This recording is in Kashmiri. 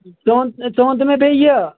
ژٕ وَن ژٕ ونَتہٕ مےٚ بیٚیہِ یہِ